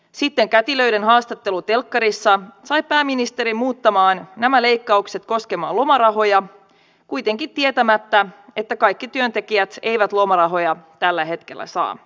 sitten kätilöiden haastattelu telkkarissa sai pääministerin muuttamaan nämä leikkaukset koskemaan lomarahoja kuitenkaan tietämättä että kaikki työntekijät eivät lomarahoja tällä hetkellä saa